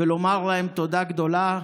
ולומר להם תודה גדולה.